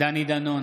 דני דנון,